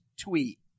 tweet